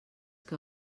que